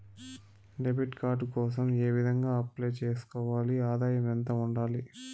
Debit card కోసం ఏ విధంగా అప్లై సేసుకోవాలి? ఆదాయం ఎంత ఉండాలి?